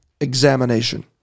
examination